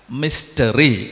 mystery